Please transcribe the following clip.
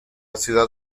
ciudad